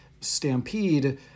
Stampede